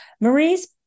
Marie's